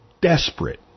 desperate